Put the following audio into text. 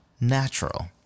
natural